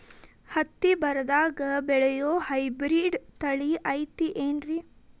ಹತ್ತಿ ಬರದಾಗ ಬೆಳೆಯೋ ಹೈಬ್ರಿಡ್ ತಳಿ ಐತಿ ಏನ್ರಿ?